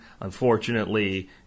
unfortunately